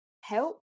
help